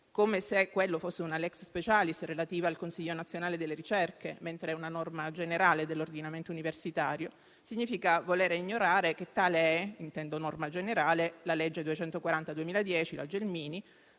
come se quella fosse una *lex specialis* relativa al Consiglio nazionale delle ricerche, mentre è una norma generale dell'ordinamento universitario, significa voler ignorare che tale è - intendo norma generale - la legge n. 240 del